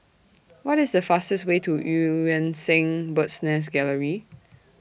What IS The fastest Way to EU Yan Sang Bird's Nest Gallery